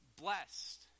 blessed